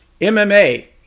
MMA